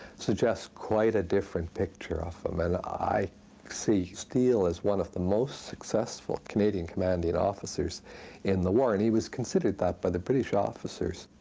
suggest quite a different picture of him and i see steele as one of the most successful canadian commanding officers in the war. and he was considered that by the british officers.